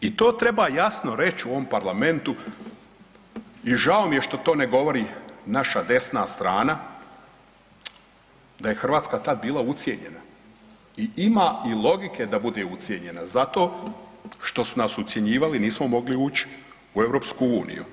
I to treba jasno reć u ovom parlamentu i žao mi je što to ne govori naša desna strana da je Hrvatska tad bila ucijenjena i ima i logike da bude ucijenjena zato što su nas ucjenjivali, nismo mogli uć u EU.